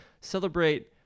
celebrate